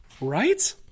Right